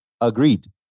Agreed